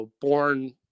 born